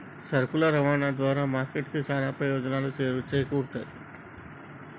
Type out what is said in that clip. సరుకుల రవాణా ద్వారా మార్కెట్ కి చానా ప్రయోజనాలు చేకూరుతయ్